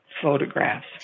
Photographs